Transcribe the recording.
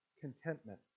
contentment